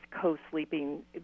co-sleeping